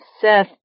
Seth